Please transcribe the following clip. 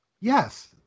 Yes